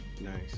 Nice